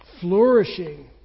flourishing